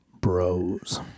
Bros